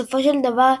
בסופו של דבר,